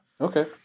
Okay